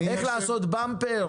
איך לעשות באמפר?